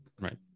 Right